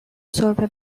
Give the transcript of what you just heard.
سرفه